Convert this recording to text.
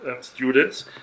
Students